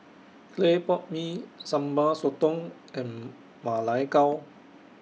Clay Pot Mee Sambal Sotong and Ma Lai Gao